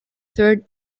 third